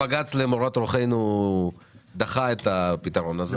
בג"ץ למורת רוחנו דחה את הפתרון הזה.